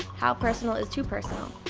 how personal is too personal?